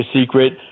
secret